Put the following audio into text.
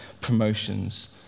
promotions